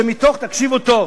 שמתוך, תקשיבו טוב,